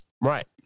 right